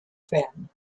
fen